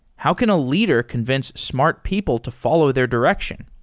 how can a leader convince smart people to follow their direction?